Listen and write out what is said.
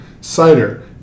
Cider